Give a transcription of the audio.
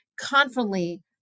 confidently